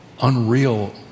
unreal